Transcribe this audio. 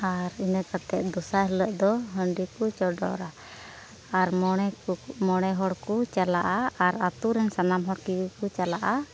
ᱟᱨ ᱤᱱᱟᱹ ᱠᱟᱛᱮᱫ ᱫᱚᱥᱟᱨ ᱦᱤᱞᱳᱜ ᱦᱟᱺᱰᱤ ᱠᱚ ᱪᱚᱰᱚᱨᱟ ᱟᱨ ᱢᱚᱬᱮ ᱠᱚ ᱢᱚᱬᱮ ᱦᱚᱲ ᱠᱚ ᱪᱟᱞᱟᱜᱼᱟ ᱟᱨ ᱟᱹᱛᱩᱨᱮᱱ ᱥᱟᱱᱟᱢ ᱦᱚᱲ ᱠᱚᱜᱮ ᱠᱚ ᱪᱟᱞᱟᱜᱼᱟ